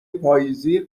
پاییزی